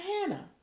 Hannah